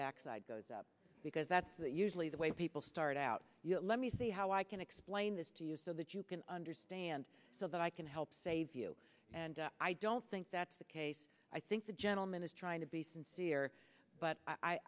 backside goes up because that's usually the way people start out you know let me see how i can explain this to you so that you can understand so that i can help save you and i don't think that's the case i think the gentleman is trying to be sincere but i